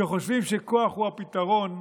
שחושבים שכוח הוא הפתרון,